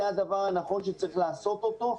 זה הדבר הנכון שצריך לעשות אותו,